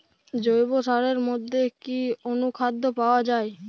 জৈব সারের মধ্যে কি অনুখাদ্য পাওয়া যায়?